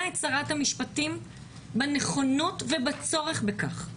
את שרת המשפטים בנכונות ובצורך בכך.